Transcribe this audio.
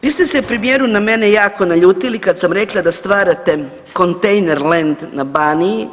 Vi ste se, premijeru na mene na jako naljutili kad sam rekla da stvarate kontejnerland na Baniji/